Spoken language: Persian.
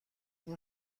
این